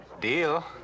Deal